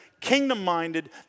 kingdom-minded